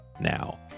now